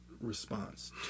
response